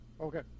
Okay